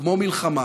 כמו מלחמה,